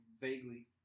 Vaguely